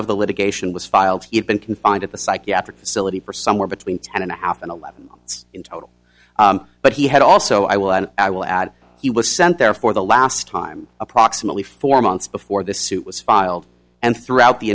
of the litigation was filed he had been confined to a psychiatric facility for somewhere between ten and a half and eleven in total but he had also i will and i will add he was sent there for the last time approximately four months before the suit was filed and throughout the